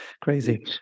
crazy